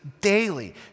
daily